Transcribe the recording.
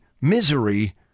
misery